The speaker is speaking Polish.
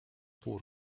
pół